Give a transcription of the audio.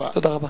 תודה רבה.